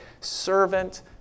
servant